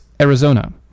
Arizona